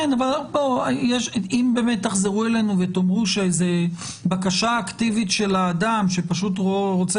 אם באמת תחזרו אלינו ותאמרו שזו בקשה אקטיבית של האדם שפשוט רוצה